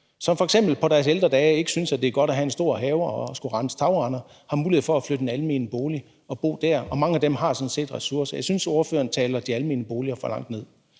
som f.eks. på deres ældre dage ikke synes, at det er godt at have en stor have og at skulle rense tagrender, har mulighed for at flytte i en almen bolig og bo der, og mange af dem har sådan set ressourcer. Jeg synes, ordføreren taler de almene boliger for langt ned.